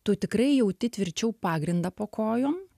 tu tikrai jauti tvirčiau pagrindą po kojom